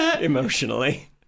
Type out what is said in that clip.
emotionally